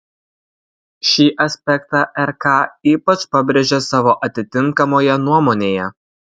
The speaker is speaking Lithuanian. šį aspektą rk ypač pabrėžė savo atitinkamoje nuomonėje